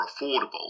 affordable